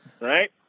Right